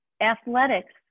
athletics